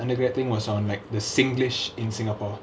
his undergraduate thing was on like the singlish in singapore